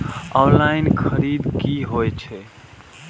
Online खरीद की होए छै?